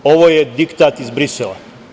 Ovo je diktat iz Brisela.